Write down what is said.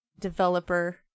developer